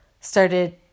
started